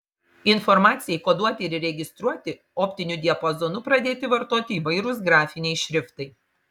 informacijai koduoti ir registruoti optiniu diapazonu pradėti vartoti įvairūs grafiniai šriftai